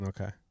Okay